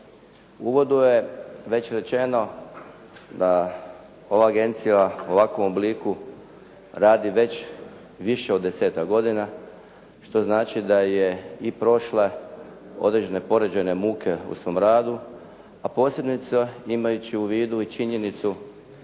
uvodu je već rečeno da ova agencija u ovakvom obliku radi već više od desetak godina što znači da je i prošla određene porođajne muke u svom radu, a posljedica imajući u vidu i činjenicu